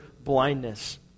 blindness